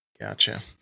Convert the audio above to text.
gotcha